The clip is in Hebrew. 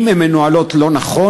אם הן מנוהלות לא נכון,